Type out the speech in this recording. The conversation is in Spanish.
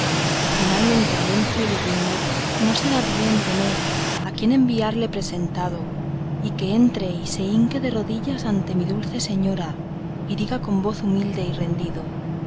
o finalmente le venzo y le rindo no será bien tener a quien enviarle presentado y que entre y se hinque de rodillas ante mi dulce señora y diga con voz humilde y rendido